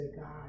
God